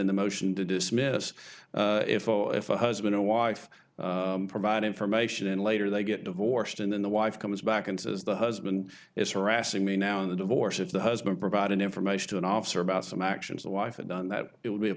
the motion to dismiss if oh if a husband or wife provide information and later they get divorced and then the wife comes back and says the husband is harassing me now in the divorce if the husband provided information to an officer about some actions the wife had done that it would be a